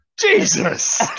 Jesus